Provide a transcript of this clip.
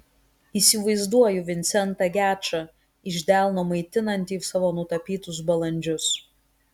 įsivaizduoju vincentą gečą iš delno maitinantį savo nutapytus balandžius